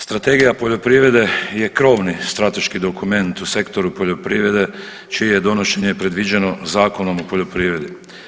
Strategija poljoprivrede je krovni strateški dokument u sektoru poljoprivrede čije je donošenje predviđeno Zakonom o poljoprivredi.